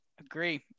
Agree